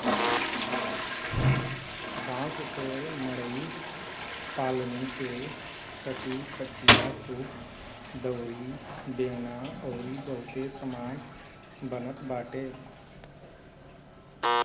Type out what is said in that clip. बांस से मड़ई पलानी के टाटीखांचीसूप दउरी बेना अउरी बहुते सामान बनत बाटे